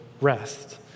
rest